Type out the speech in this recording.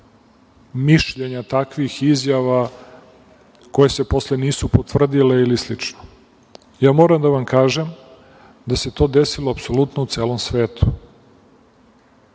mišljenja takvih i izjava koje se posle nisu potvrdile ili slično, ja moram da vam kažem da se to desilo apsolutno u celom svetu.